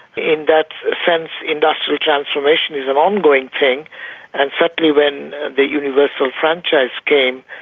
in that sense, industrial transformation is an ongoing thing and certainly when the universal franchise came,